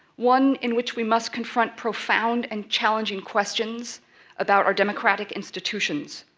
one in which we must confront profound and challenging questions about our democratic institutions,